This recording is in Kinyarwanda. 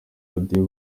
radio